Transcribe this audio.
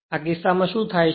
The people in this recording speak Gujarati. આ કિસ્સામાં શું થાય છે